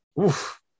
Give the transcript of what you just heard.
Oof